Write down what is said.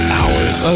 hours